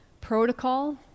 protocol